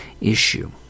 issue